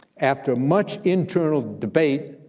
after much internal debate,